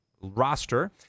roster